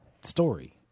story